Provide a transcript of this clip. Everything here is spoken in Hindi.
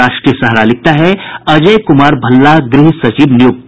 राष्ट्रीय सहारा लिखता है अजय कुमार भल्ला गृह सचिव नियुक्त